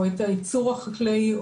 או את הייצור החקלאי,